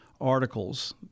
articles